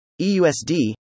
EUSD